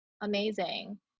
amazing